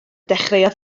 dechreuodd